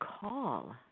call